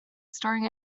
storing